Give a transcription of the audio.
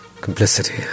complicity